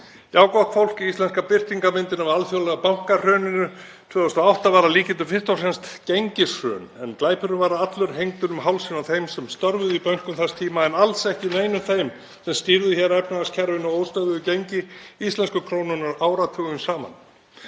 Já, gott fólk. Íslenska birtingarmyndin af alþjóðlega bankahruninu 2008 var að líkindum fyrst og fremst gengishrun en glæpurinn var allur hengdur um hálsinn á þeim sem störfuðu í bönkum þess tíma en alls ekki neinum þeim sem stýrðu hér efnahagskerfinu á óstöðugu gengi íslensku krónunnar áratugum saman.